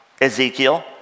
Ezekiel